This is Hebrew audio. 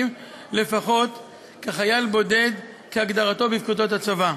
לפחות כחייל בודד כהגדרתו בפקודות הצבא.